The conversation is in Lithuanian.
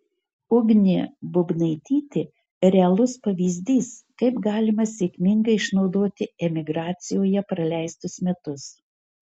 ugnė bubnaitytė realus pavyzdys kaip galima sėkmingai išnaudoti emigracijoje praleistus metus